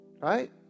right